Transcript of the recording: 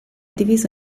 diviso